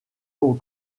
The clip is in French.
aux